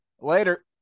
Later